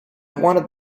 wanted